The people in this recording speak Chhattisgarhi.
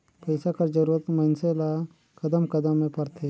पइसा कर जरूरत मइनसे ल कदम कदम में परथे